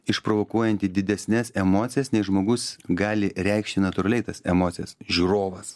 išprovokuojanti didesnes emocijas nei žmogus gali reikšti natūraliai tas emocijas žiūrovas